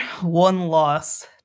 one-loss